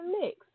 mix